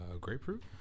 grapefruit